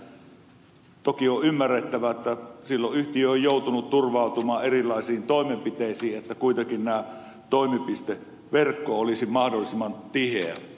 toki on ymmärrettävä että silloin yhtiö on joutunut turvautumaan erilaisiin toimenpiteisiin niin että kuitenkin toimipisteverkko olisi mahdollisimman tiheä